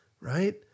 right